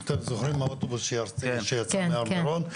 אם אתם זוכרים האוטובוס שיצא מהר מירון,